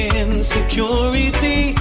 insecurity